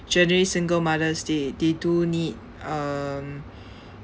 generally single mothers they they do need um